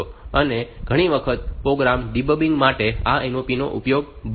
અને ઘણી વખત પ્રોગ્રામ ડીબગીંગ માટે આ NOP ઉપયોગી બને છે